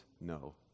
no